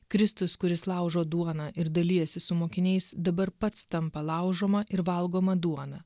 kristus kuris laužo duoną ir dalijasi su mokiniais dabar pats tampa laužoma ir valgoma duona